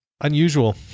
unusual